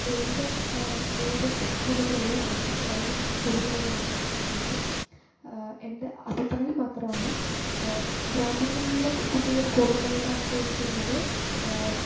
aided aided സ്കൂളുകളെയോ അല്ലെങ്കിൽ private സ്കൂളുകളെയോ ആണ് ആശ്രയിക്കുന്നത് എൻ്റെ അഭിപ്രായം മാത്രമാണ് ഗ്രാമങ്ങളിലുള്ള കുട്ടികൾ കൂടുതലായിട്ടാശ്രയിക്കുന്നത്